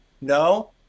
no